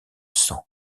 sang